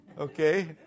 Okay